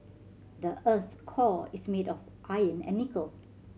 the earth core is made of iron and nickel